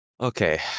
Okay